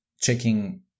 checking